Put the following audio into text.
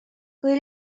kui